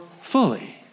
fully